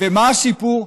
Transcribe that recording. ומה הסיפור?